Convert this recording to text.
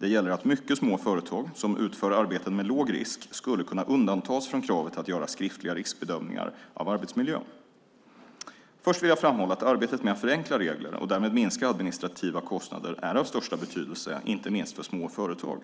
Det gäller att mycket små företag, som utför arbeten med låg risk, skulle kunna undantas från kravet att göra skriftliga riskbedömningar av arbetsmiljön. Först vill jag framhålla att arbetet med att förenkla regler, och därmed minska administrativa kostnader, är av största betydelse, inte minst för små företag.